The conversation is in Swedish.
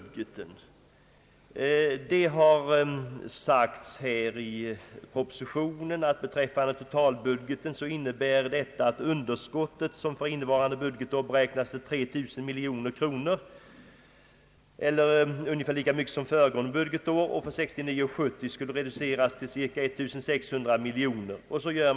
Det har i propositionen sagts att det underskott på totalbudgeten, som för innevarande budgetår beräknats till 3 000 miljoner kronor — eller ungefär lika mycket som föregående års — för budgetåret 1969/70 kan väntas bli reducerat till cirka 1 600 miljoner kronor.